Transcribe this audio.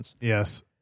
Yes